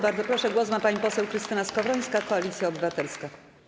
Bardzo proszę, głos ma pani poseł Krystyna Skowrońska, Koalicja Obywatelska.